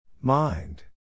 Mind